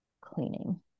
cleaning